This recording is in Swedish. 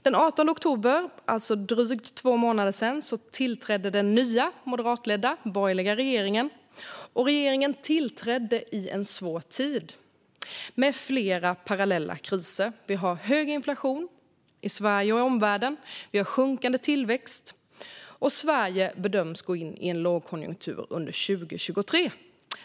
Den 18 oktober, för drygt två månader sedan, tillträdde den nya moderatledda borgerliga regeringen. Regeringen tillträdde i en svår tid med flera parallella kriser. Det är hög inflation i Sverige och omvärlden, en sjunkande tillväxt, och Sverige bedöms gå in i en lågkonjunktur under 2023.